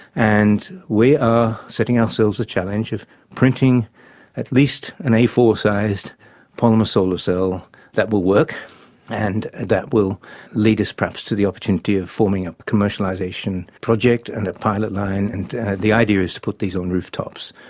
and we are setting ourselves a challenge of printing at least an a four sized polymer solar cell that will work and that will lead us perhaps to the opportunity of forming a commercialisation project and a pilot line, and the idea is to put these on rooftops.